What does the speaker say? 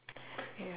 ya